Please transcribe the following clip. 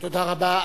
תודה רבה.